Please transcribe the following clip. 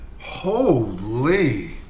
Holy